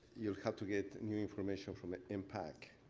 you had to get new information from the impact.